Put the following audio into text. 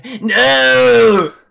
No